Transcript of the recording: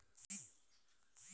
खाता खोले खातीर का चाहे ला?